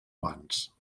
abans